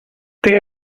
they